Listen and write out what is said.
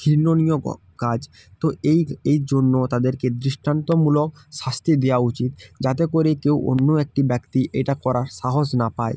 ঘৃণ্যনীয় কাজ তো এই এই জন্য তাদেরকে দৃষ্টান্তমূলক শাস্তি দেওয়া উচিত যাতে করে কেউ অন্য একটি ব্যক্তি এটা করার সাহস না পায়